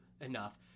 Enough